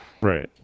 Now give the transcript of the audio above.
Right